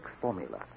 formula